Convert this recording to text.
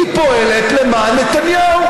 היא פועלת למען נתניהו,